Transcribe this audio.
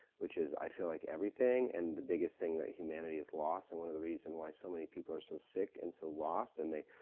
which is, i feel like everything and the biggest thing that humanity has lost, and one of the reason why so many people are so sick, and so lost, and they,